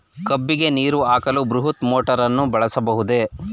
ಕಬ್ಬಿಗೆ ನೀರು ಹಾಕಲು ಬೃಹತ್ ಮೋಟಾರನ್ನು ಬಳಸಬಹುದೇ?